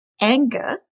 anger